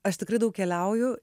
aš tikrai daug keliauju